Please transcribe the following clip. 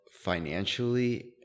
financially